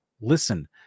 Listen